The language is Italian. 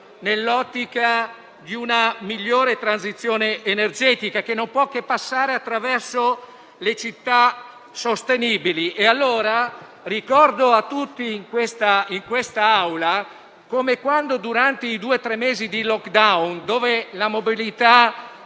nell'ottica di una migliore transizione energetica, che non può che passare attraverso le città sostenibili. Ricordo a tutti i colleghi qui presenti che, durante gli oltre due mesi di *lockdown*, quando la mobilità